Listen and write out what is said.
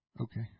Okay